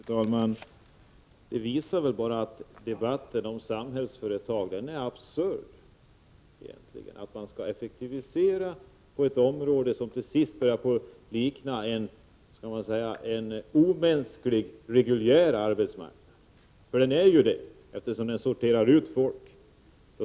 Fru talman! Det nu anförda visar att debatten om Samhällsföretag är absurd — att man skall effektivisera på ett område som då till sist kommer att börja likna en omänsklig reguljär arbetsmarknad. Den arbetsmarknaden är ju omänsklig, eftersom den sorterar ut folk.